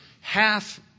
half